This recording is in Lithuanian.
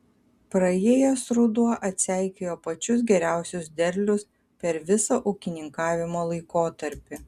praėjęs ruduo atseikėjo pačius geriausius derlius per visą ūkininkavimo laikotarpį